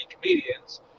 comedians